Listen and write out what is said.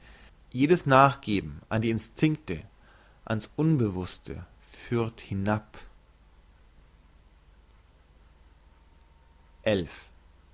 jedes nachgeben an die instinkte an's unbewusste führt hinab